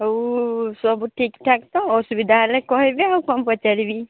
ହଉ ସବୁ ଠିକ ଠାକ୍ ତ ଅସୁବିଧା ହେଲେ କହିବେ ଆଉ କ'ଣ ପଚାରିବି